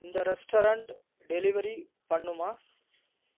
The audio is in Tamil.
இந்த ரெஸ்டாரண்ட் டெலிவரி பண்ணுமா